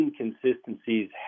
inconsistencies